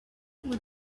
what